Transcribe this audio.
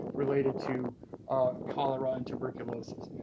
related to cholera and tuberculosis.